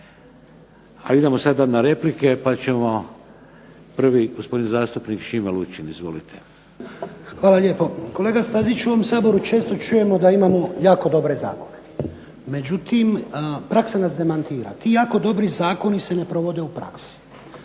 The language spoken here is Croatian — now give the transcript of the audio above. Idemo sada na replike. Prvi gospodin zastupnik Šime Lučin. Izvolite. **Lučin, Šime (SDP)** Hvala lijepo. Kolega Staziću u ovom Saboru često čujemo da imamo jako dobre zakone. Međutim, praksa nas demantira. Ti jako dobri zakoni se ne provode u praksi.